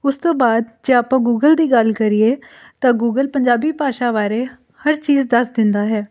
ਉਸ ਤੋਂ ਬਾਅਦ ਜੇ ਆਪਾਂ ਗੂਗਲ ਦੀ ਗੱਲ ਕਰੀਏ ਤਾਂ ਗੂਗਲ ਪੰਜਾਬੀ ਭਾਸ਼ਾ ਬਾਰੇ ਹਰ ਚੀਜ਼ ਦੱਸ ਦਿੰਦਾ ਹੈ